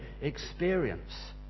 experience